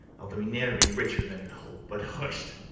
although he ne'er be richer than in hope but, husht!